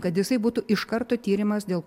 kad jisai būtų iš karto tyrimas dėl